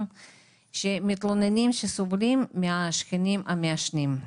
שמתלוננים שהם סובלים מהשכנים המעשנים שלהם.